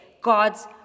God's